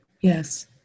yes